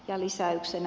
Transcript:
ja lisäyksenä